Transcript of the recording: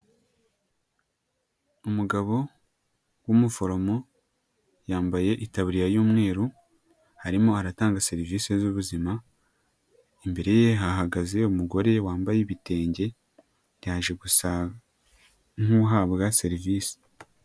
Umugabo w'umuforomo yambaye itaburiya y'umweru arimo aratanga serivisi z'ubuzima, imbere ye hahagaze umugore wambaye ibitenge yaje gusa nk'uhabwa serivisi.